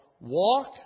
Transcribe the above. Walk